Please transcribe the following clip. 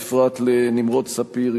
בפרט לנמרוד ספיר,